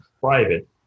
private